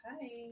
Hi